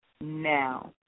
now